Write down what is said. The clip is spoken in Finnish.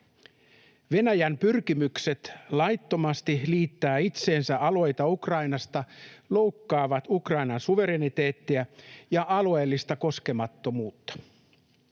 Venäjän pyrkimykset laittomasti liittää itseensä alueita Ukrainasta loukkaavat Ukrainan suvereniteettia ja alueellista koskemattomuutta.